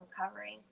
Recovering